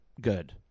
good